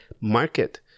market